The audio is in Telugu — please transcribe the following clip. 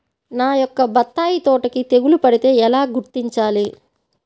నా యొక్క బత్తాయి తోటకి తెగులు పడితే ఎలా గుర్తించాలి?